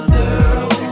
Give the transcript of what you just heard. girl